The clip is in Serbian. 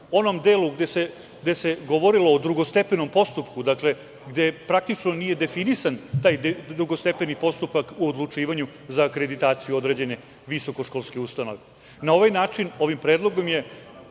onom delu gde se govorilo o drugostepenom postupku, gde praktično nije definisan taj drugostepeni postupak u odlučivanju za akreditaciju određene visokoškolske ustanove. Na ovaj način, ovim predlogom je